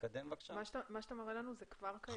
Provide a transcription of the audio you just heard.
מה שאתה מראה לנו זה כבר קיים?